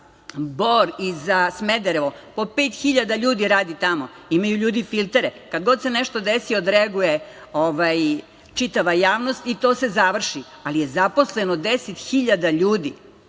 Bor i za Smedereva? Po pet hiljada ljudi radi tamo. Imaju ljudi filtere. Kada god se nešto desi odreaguje čitava javnost i to se završi, ali je zaposleno 10 hiljada